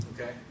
Okay